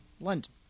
London